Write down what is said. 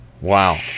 Wow